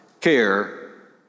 care